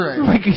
Right